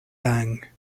lange